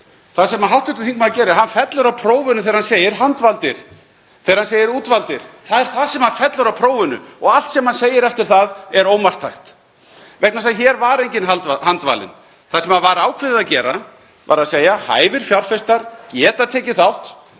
Það sem hv. þingmaður gerir er að hann fellur á prófinu þegar hann segir handvaldir, þegar hann segir útvaldir. Það er þar sem hann fellur á prófinu og allt sem hann segir eftir það er ómarktækt vegna þess að hér var enginn handvalinn. Það sem var ákveðið að gera var að segja: Hæfir fjárfestar geta tekið þátt.